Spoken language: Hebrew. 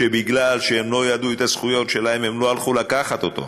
ובגלל שהם לא ידעו את הזכויות שלהם הם לא הלכו לקחת אותו.